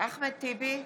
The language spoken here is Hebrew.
אחמד טיבי,